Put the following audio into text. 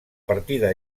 partida